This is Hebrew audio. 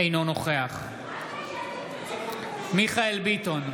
אינו נוכח מיכאל מרדכי ביטון,